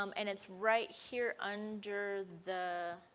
um and it's right here under the